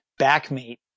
Backmate